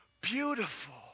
beautiful